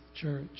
church